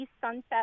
Sunset